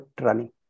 running